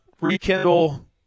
rekindle